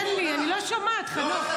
תן לי, אני לא שומעת, חנוך.